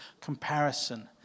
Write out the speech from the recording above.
comparison